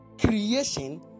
creation